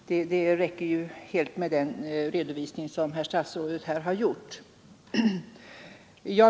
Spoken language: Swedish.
Det räcker med den redovisning som statsrådet här gjorde.